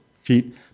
feet